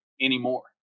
anymore